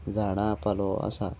झाडां पालो आसा